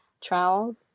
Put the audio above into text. trowels